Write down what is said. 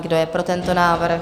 Kdo je pro tento návrh?